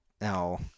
No